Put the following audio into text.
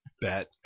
Bet